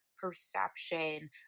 perception